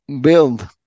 build